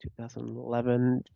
2011